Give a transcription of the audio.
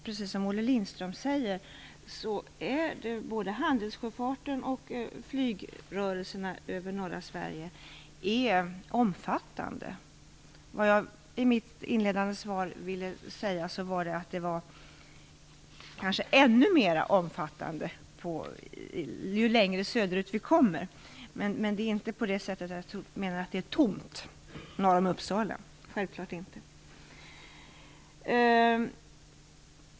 Precis som Olle Lindström säger, är både handelssjöfarten och flygrörelserna över norra Sverige omfattande. Vad jag ville säga i mitt svar var att detta kanske är ännu mera omfattande ju längre söderut man kommer, men jag menade självfallet inte att det är tomt norr om Uppsala.